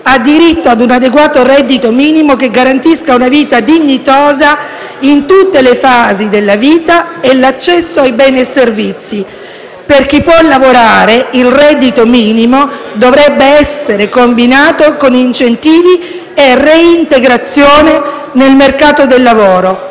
ha diritto a un adeguato reddito minimo che garantisca una vita dignitosa in tutte le fasi della vita e l'accesso a beni e servizi. Per chi può lavorare, il reddito minimo dovrebbe essere combinato con incentivi alla reintegrazione nel mercato del lavoro».